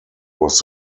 was